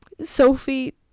Sophie